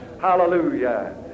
Hallelujah